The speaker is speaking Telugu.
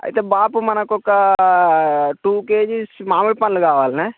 అయితే బాపు మనకు ఒక టూ కేజీస్ మామిడిపండ్లు కావాల్నే